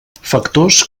factors